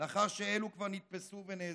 לאחר שאלו כבר נתפס ונאזקו.